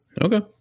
Okay